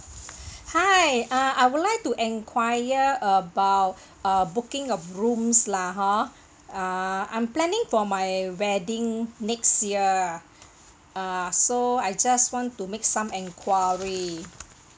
hi uh I would like to enquire about uh booking of rooms lah hor err I'm planning for my wedding next year uh so I just want to make some enquiry